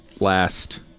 last